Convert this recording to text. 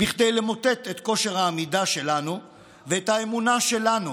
בכדי למוטט את כושר העמידה שלנו ואת האמונה שלנו